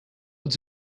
what